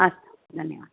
अस्तु धन्यवादः